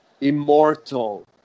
immortal